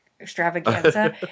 extravaganza